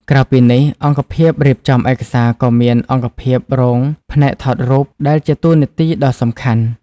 ក្រៅពីនេះ អង្គភាពរៀបចំឯកសារក៏មាន អង្គភាពរងផ្នែកថតរូប ដែលជាតួនាទីដ៏សំខាន់។